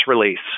release